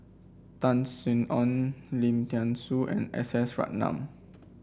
Tan Sin Aun Lim Thean Soo and S S Ratnam